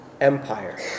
Empire